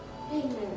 Amen